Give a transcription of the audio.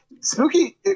spooky